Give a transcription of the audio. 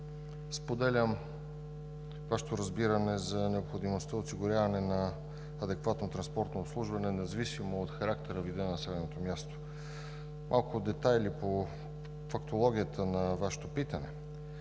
споделям Вашето разбиране за необходимостта от осигуряване на адекватно транспортно обслужване, независимо от характера и вида на населеното място. Малко детайли по фактологията на Вашето питане: